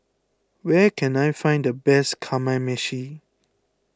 where can I find the best Kamameshi